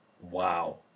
Wow